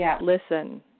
listen